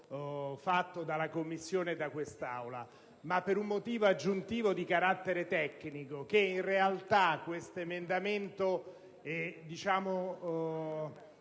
fatto dalla Commissione e da quest'Aula, ma anche per un motivo aggiuntivo di carattere tecnico. In realtà, questo emendamento è pleonastico